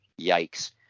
Yikes